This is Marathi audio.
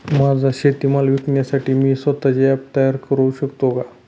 माझा शेतीमाल विकण्यासाठी मी स्वत:चे ॲप तयार करु शकतो का?